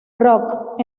rock